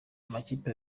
amakipe